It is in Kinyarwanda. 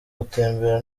gutembera